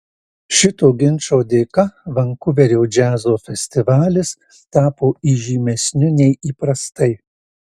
šito ginčo dėka vankuverio džiazo festivalis tapo įžymesniu nei įprastai